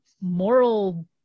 moral